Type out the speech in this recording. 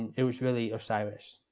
it was really osiris,